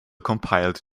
compiled